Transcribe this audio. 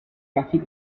traffic